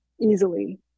easily